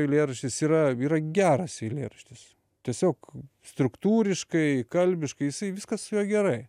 eilėraštis yra yra geras eilėraštis tiesiog struktūriškai kalbiškai jisai viskas gerai